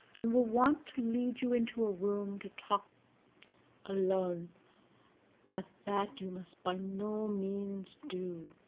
and will want to lead you into a room to talk alone but that you must by no means do,